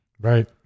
right